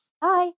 Bye